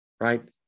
Right